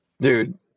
Dude